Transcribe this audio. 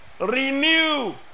renew